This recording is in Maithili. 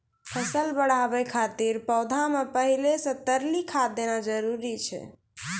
फसल बढ़ाबै खातिर पौधा मे पहिले से तरली खाद देना जरूरी छै?